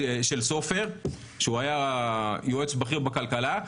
הוא היה יועץ בכיר בכלכלה,